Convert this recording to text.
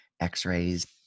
x-rays